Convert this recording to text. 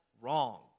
wrong